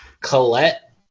Colette